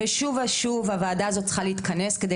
ושוב ושוב הוועדה הזאת צריכה להתכנס כדי